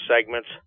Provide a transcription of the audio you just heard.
segments